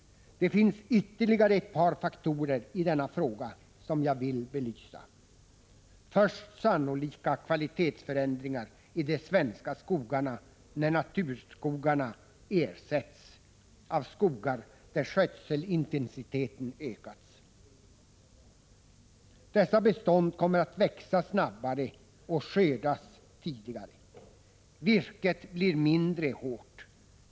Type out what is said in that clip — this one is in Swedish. Det finns ytterligare ett par faktorer i denna fråga som jag vill belysa. Först de sannolika kvalitetsförändringar som blir följden i de svenska skogarna när naturskogarna ersätts av skogar där skötselintensiteten ökats. Dessa bestånd kommer att växa snabbare och skördas tidigare. Virket blir mindre hårt.